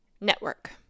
Network